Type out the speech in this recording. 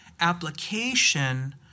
application